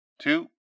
two